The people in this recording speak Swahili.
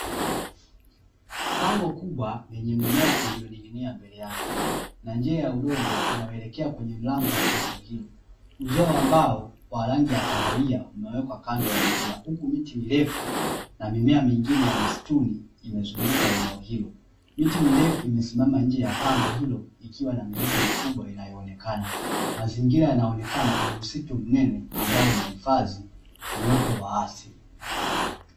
Pango kubwa lenye mimea iliyoning'inia mbele yake na njia ya udongo inayoelekea kwenye mlango wa pango hilo, uzio wa mbao wa rangi ya kahawia umewekwa kando ya njia huku miti mirefu, na mimea mingine ya msitiuni imezunguka eneo hilo, miti mirefu imesimama nje ya pango ilo ikiwa na mizizi mikubwa, yanayoonekana mazingira yanaonekana ni msitu mnene ambao umeifadhi uoto wa asili.